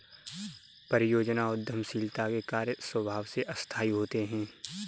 परियोजना उद्यमशीलता के कार्य स्वभाव से अस्थायी होते हैं